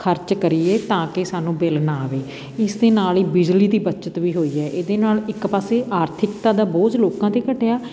ਖਰਚ ਕਰੀਏ ਤਾਂ ਕਿ ਸਾਨੂੰ ਬਿੱਲ ਨਾ ਆਵੇ ਇਸ ਦੇ ਨਾਲ ਹੀ ਬਿਜਲੀ ਦੀ ਬੱਚਤ ਵੀ ਹੋਈ ਹੈ ਇਹਦੇ ਨਾਲ ਇੱਕ ਪਾਸੇ ਆਰਥਿਕਤਾ ਦਾ ਬੋਝ ਲੋਕਾਂ 'ਤੇ ਘਟਿਆ